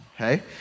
Okay